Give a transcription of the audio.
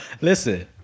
Listen